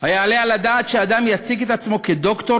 היעלה על הדעת שאדם יציג את עצמו כדוקטור